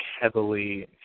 heavily